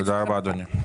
תודה רבה אדוני.